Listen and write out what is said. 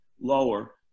lower